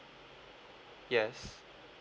yes